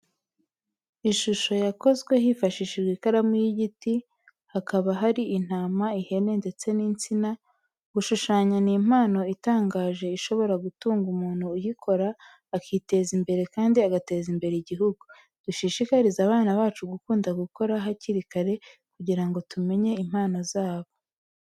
Ishusho yakozwe hifashishijwe ikaramu y'igiti, hakaba hari intama, ihene ndetse n'insina. Gushushanya ni impano itangaje, ishobora gutunga umuntu uyikora, akiteza imbere kandi agateza imbere igihugu. Dushishikarize abana bacu gukunda gukora hakiri kare, kugira ngo tumenye impano zabo.